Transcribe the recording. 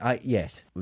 Yes